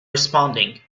responding